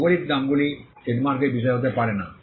ভৌগলিক নামগুলি ট্রেডমার্কের বিষয় হতে পারে না